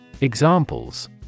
Examples